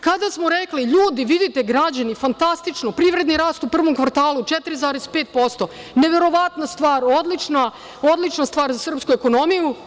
Kada smo rekli, ljudi, vidite građani, fantastično, privredni rast u prvom kvartalu 4,5%, neverovatna stvar, odlična stvar za srpsku ekonomiju.